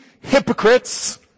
hypocrites